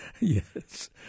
Yes